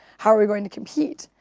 how are we going to compete?